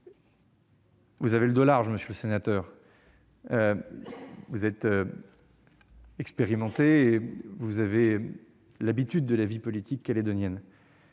Vous avez le dos large, monsieur le sénateur Frogier. Vous êtes expérimenté, et vous êtes un habitué de la vie politique calédonienne